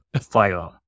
fire